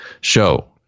Show